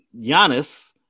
Giannis